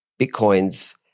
Bitcoins